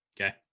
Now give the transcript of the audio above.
Okay